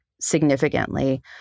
significantly